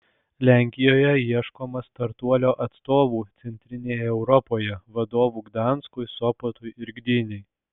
lenkijoje ieškoma startuolio atstovų centrinėje europoje vadovų gdanskui sopotui ir gdynei